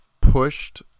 pushed